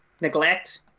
neglect